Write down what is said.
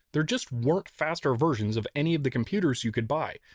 there just weren't faster versions of any of the computers you could buy.